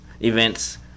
events